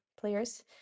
players